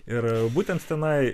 ir būtent tenai